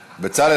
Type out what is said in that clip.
בצלאל,